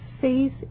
faith